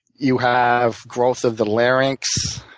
you have growth of the larynx,